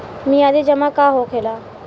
मियादी जमा का होखेला?